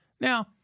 Now